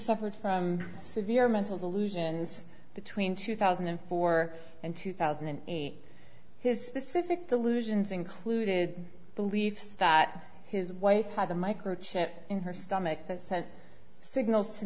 suffered from severe mental delusions between two thousand and four and two thousand and eight his specific delusions included beliefs that his wife had a microchip in her stomach that sent signals to